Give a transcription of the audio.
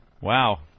Wow